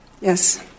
Yes